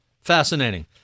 fascinating